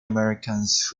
americans